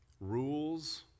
rules